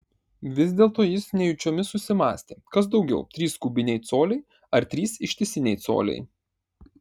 vis dėlto jis nejučiomis susimąstė kas daugiau trys kubiniai coliai ar trys ištisiniai coliai